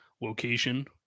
location